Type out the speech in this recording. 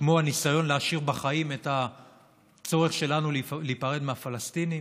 כמו הניסיון להשאיר בחיים את הצורך שלנו להיפרד מהפלסטינים,